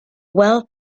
wealth